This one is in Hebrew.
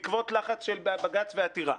בעקבות לחץ של בג"ץ ועתירה,